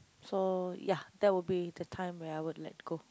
so ya that will be the time where I would let go